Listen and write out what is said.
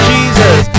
Jesus